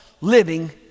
living